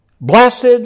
Blessed